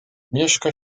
mieszka